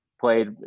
played